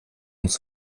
uns